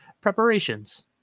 preparations